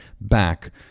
back